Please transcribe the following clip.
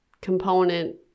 component